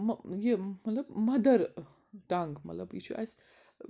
یہِ مطلب mother tongue مطلب یہِ چھُ اَسہِ